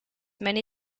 many